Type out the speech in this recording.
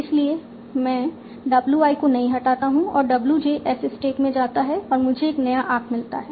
इसलिए मैं w i को नहीं हटाता हूं और w j S स्टैक में जाता है और मुझे एक नया आर्क मिलता है